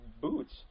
boots